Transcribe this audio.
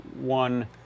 one